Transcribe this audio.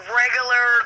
regular